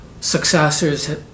successors